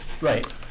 Right